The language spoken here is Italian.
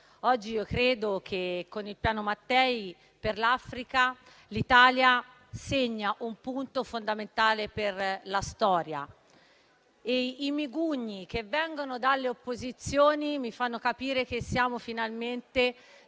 Oggi credo che con il Piano Mattei per l'Africa l'Italia segni un punto fondamentale per la storia e i mugugni che vengono dalle opposizioni mi fanno capire che siamo finalmente